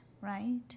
right